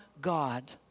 God